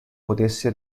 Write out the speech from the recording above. potesse